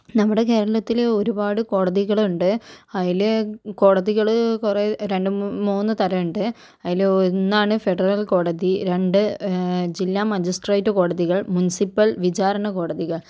നമ്മുടെ കേരളത്തില് ഒരുപാട് കോടതികളുണ്ട് അതില് കോടതികള് കുറെ രണ്ട് മൂന്ന് തരം ഉണ്ട് അതില് ഒന്നാണ് ഫെഡറൽ കോടതി രണ്ട് ജില്ല മജിസ്ട്രേറ്റ് കോടതികൾ മുൻസിപ്പൽ വിചാരണ കോടതികൾ